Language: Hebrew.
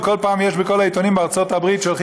ובכל העיתונים בארצות הברית נכתב כל פעם